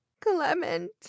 Clement